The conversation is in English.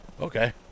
Okay